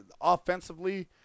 offensively